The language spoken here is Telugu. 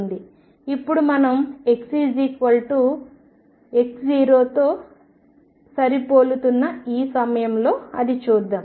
ఇప్పుడు మనం xx0తో సరిపోలుతున్న ఈ సమయంలో అది చూద్దాం